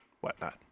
whatnot